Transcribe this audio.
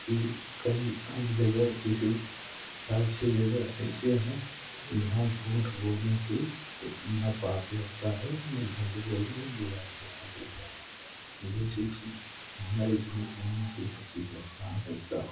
कि कहीं अन्य जगह जैसे चार छः जगह ऐसे हैं जहाँ झूठ बोलने से महापाप लगता है ना झूठ बोलने में बुराई होती है जैसे कि हमारे झूठ बोलने से किसी का प्राण बचता हो